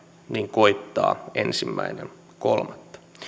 koittaa ensimmäinen kolmatta